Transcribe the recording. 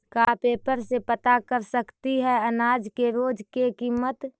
का पेपर में से पता कर सकती है अनाज के रोज के किमत?